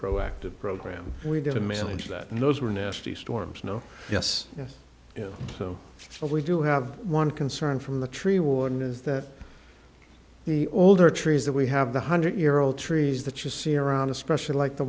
proactive program we did a missile into that and those were nasty storms no yes yes so but we do have one concern from the tree warden is that the older trees that we have the hundred year old trees that you see around especially like the